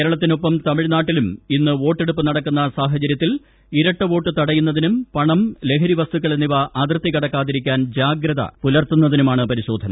കേരളത്തിനൊപ്പം തമിഴ്നാട്ടിലും ഇന്ന് വോട്ടെടുപ്പ് നടക്കുന്ന സാഹചര്യത്തിൽ ഇരട്ടവോട്ടു തടയുന്നതിനും പണം ലഹരിവസ്തുക്കൾ എന്നിവ അതിർത്തി കടക്കാതിരിക്കാൻ ജാഗ്രത പു്ലൂർത്തുന്നതിനുമാണ് പരിശോധന